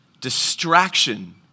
distraction